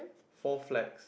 four flags